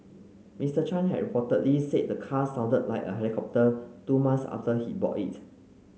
Mister Chan had reportedly said the car sounded like a helicopter two months after he bought it